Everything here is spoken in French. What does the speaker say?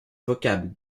vocable